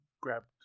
grabbed